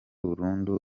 burundu